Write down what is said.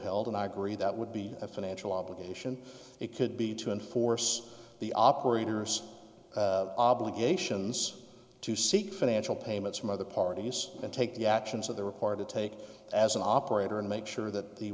held and i agree that would be a financial obligation it could be to enforce the operator's obligations to seek financial payments from other parties and take the actions of the record to take as an operator and make sure that the